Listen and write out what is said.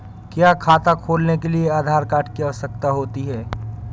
क्या खाता खोलने के लिए आधार कार्ड की आवश्यकता होती है?